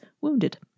wounded